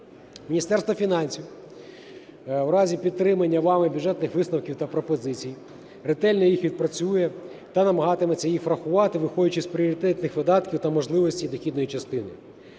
Міністерство фінансів у разі підтримання вами бюджетних висновків та пропозицій ретельно їх відпрацює та намагатиметься їх врахувати, виходячи з пріоритетних видатків та можливості дохідної частини.